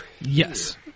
Yes